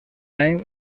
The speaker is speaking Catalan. any